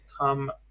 come